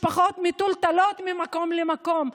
רואים שהמשפחות מטולטלות ממקום למקום.